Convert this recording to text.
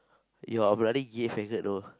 you are a bloody gay faggot though